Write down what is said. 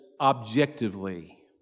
objectively